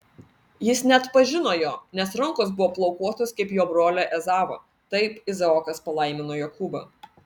jis neatpažino jo nes rankos buvo plaukuotos kaip jo brolio ezavo taip izaokas palaimino jokūbą